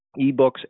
eBooks